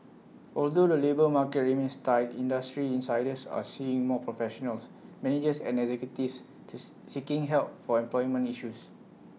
although the labour market remains tight industry insiders are seeing more professionals managers and executives teeth seeking help for employment issues